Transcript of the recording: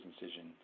incision